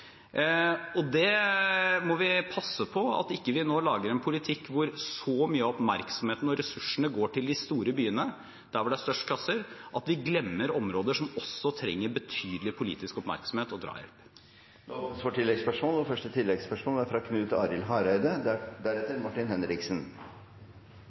må passe på at vi nå ikke lager en politikk hvor så mye av oppmerksomheten og ressursene går til de store byene, der hvor det er størst klasser, at vi glemmer områder som også trenger betydelig politisk oppmerksomhet og drahjelp. Det blir gitt anledning til oppfølgingsspørsmål – først Knut Arild Hareide.